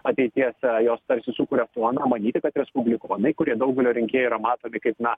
ateities jos tarsi sukuria foną manyti kad respublikonai kurie daugelio rinkėjų yra matomi kaip na